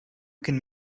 can